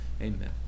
Amen